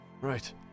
Right